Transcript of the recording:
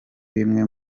bimwe